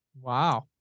Wow